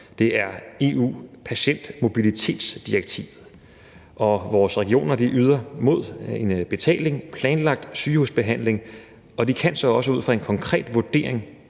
Det er EU-patientmobilitetsdirektivet. Og vores regioner yder mod en betaling planlagt sygehusbehandling, og de kan så også ud fra en konkret vurdering